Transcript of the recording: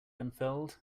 unfurled